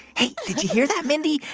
hey, did you hear that, mindy?